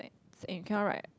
and you cannot write